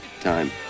time